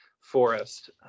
forest